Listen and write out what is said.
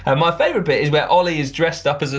um my favorite bit is where ollie is dressed up as a